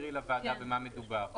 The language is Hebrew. תזכירי לוועדה במה מדובר.